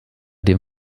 dem